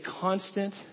constant